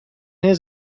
his